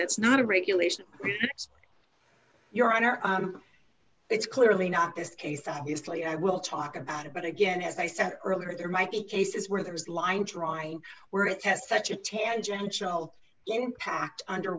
that's not a regulation your honor it's clearly not this case obviously i will talk about it but again as i said earlier there might be cases where there is line drawing where it has such a tangential impact under